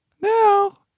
Now